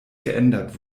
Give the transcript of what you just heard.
geändert